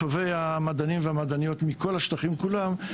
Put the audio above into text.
טובי המדענים והמדעניות מכל השטחים כולם.